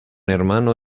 hermano